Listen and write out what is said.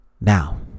Now